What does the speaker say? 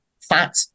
fat